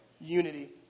Unity